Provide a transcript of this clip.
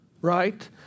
right